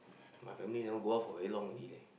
my family never go out for very long already leh